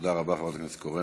תודה רבה, חברת הכנסת קורן.